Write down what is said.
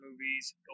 movies